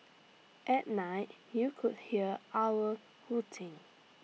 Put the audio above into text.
at night you could hear owls hooting